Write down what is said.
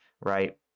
right